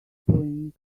doing